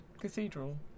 cathedral